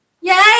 Yay